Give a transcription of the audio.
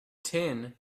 tin